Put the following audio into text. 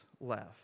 left